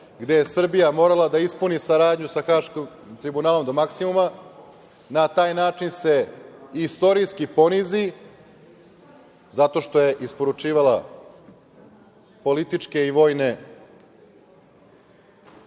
gde je Srbija morala da ispuni saradnju sa Haškim tribunalom do maksimuma, na taj način se istorijski ponizi zato što je isporučivala političke čelnike